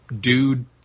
dude